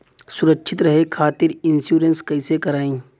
सुरक्षित रहे खातीर इन्शुरन्स कईसे करायी?